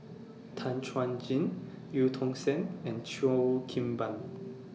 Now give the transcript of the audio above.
Tan Chuan Jin EU Tong Sen and Cheo Kim Ban